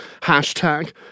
hashtag